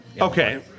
Okay